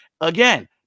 Again